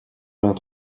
vingt